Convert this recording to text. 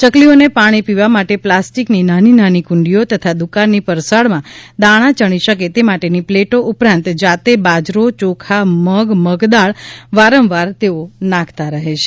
ચકલીઓને પાણી પીવા માટે પ્લાસ્ટિક નાની નાની કુંડીઓ તથા દુકાનની પરસાળમાં દાણા ચણી શકે તે માટેની પ્લેટો ઉપરાંત જાતે બાજરો ચોખા મગ મગદાળ વારંવાર નાખતારહે છે